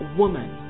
woman